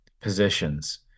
positions